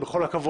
עם כל הכבוד.